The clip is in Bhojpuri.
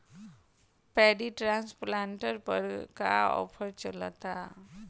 पैडी ट्रांसप्लांटर पर का आफर चलता?